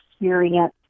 experience